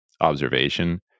observation